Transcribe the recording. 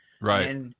Right